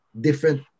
different